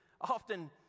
often